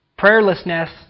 Prayerlessness